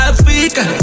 Africa